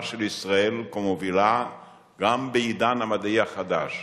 של ישראל כמובילה גם בעידן המדעי החדש,